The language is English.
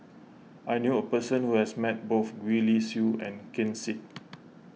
I knew a person who has met both Gwee Li Sui and Ken Seet